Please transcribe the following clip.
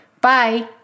Bye